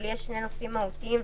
אבל יש שני נושאים מהותיים,